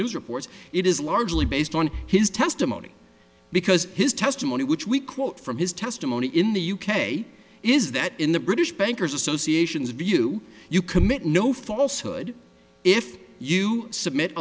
news reports it is largely based on his testimony because his testimony which we quote from his testimony in the u k is that in the british bankers associations view you commit no falshood if you submit